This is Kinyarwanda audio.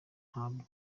ntabwo